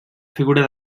figura